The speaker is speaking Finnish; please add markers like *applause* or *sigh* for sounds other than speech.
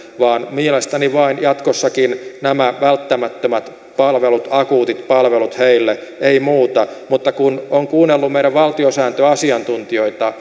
mielestäni jatkossakin vain nämä välttämättömät palvelut akuutit palvelut heille ei muuta mutta kun on kuunnellut meidän valtiosääntöasiantuntijoita *unintelligible*